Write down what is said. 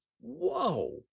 whoa